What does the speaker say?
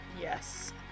Yes